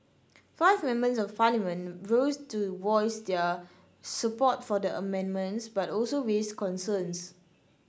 five Members of Parliament rose to voice their support for the amendments but also raised concerns